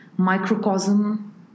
microcosm